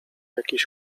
jakiś